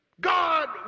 God